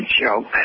joke